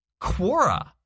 Quora